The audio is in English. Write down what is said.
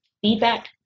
feedback